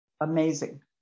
amazing